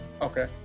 Okay